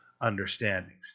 understandings